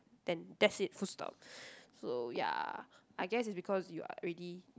then that's it full stop so ya I guess it's because you are ready